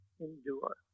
endure